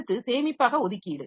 அடுத்து சேமிப்பக ஒதுக்கீடு